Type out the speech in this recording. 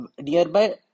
nearby